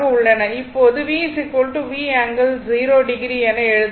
இப்போது V V ∠0o என எழுதலாம்